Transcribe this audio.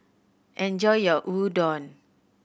enjoy your Udon